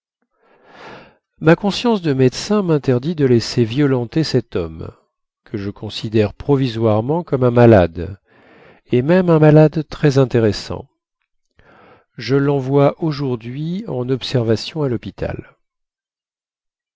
ma conscience de médecin minterdit de laisser violenter cet homme que je considère provisoirement comme un malade et même un malade très intéressant je lenvoie aujourdhui en observation à lhôpital